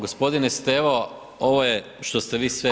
Gospodine Stevo ovo je što ste vi sve…